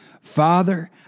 Father